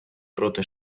проти